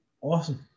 Awesome